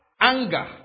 anger